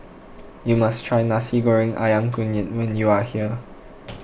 you must try Nasi Goreng Ayam Kunyit when you are here